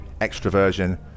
extroversion